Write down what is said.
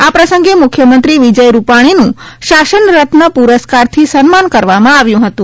આ પ્રસંગે મુખ્યમંત્રી વિજય રૂપાગ્રીનું શાસનરત્ન પુરસ્કારથી સન્માન કરવામાં આવ્યું હતું